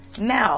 Now